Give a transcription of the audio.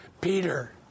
Peter